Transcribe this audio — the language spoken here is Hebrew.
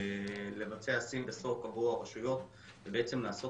לבצע SIEM ו-SOC עבור הרשויות ובעצם לעשות